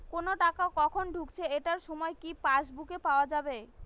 কোনো টাকা কখন ঢুকেছে এটার সময় কি পাসবুকে পাওয়া যাবে?